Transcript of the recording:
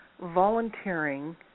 volunteering